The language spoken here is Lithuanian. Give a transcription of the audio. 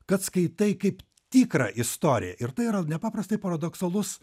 kad skaitai kaip tikrą istoriją ir tai yra nepaprastai paradoksalus